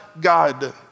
God